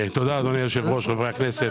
תודה אדוני היושב ראש, חברי הכנסת.